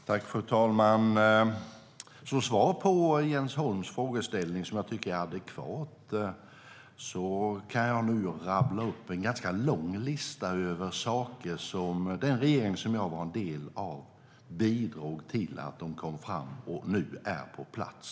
Fru talman! Som svar på Jens Holms frågeställning, som jag tycker är adekvat, kan jag nu rabbla upp en ganska lång lista över saker som den regering som jag var en del av bidrog till att ta fram och se till att de kom på plats.